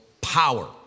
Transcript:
power